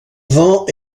vent